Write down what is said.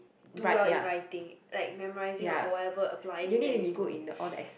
do well in writing like memorizing or or whatever applying that you need to